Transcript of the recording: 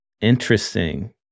Interesting